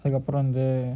I got put on the